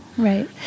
Right